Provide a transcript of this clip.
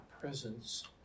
presence